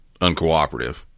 uncooperative